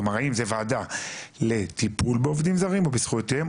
כלומר האם זו ועדה לטיפול בעובדים זרים או בזכויותיהם,